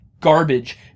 garbage